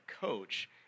coach